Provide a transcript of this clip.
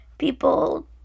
people